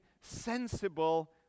sensible